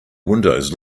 windows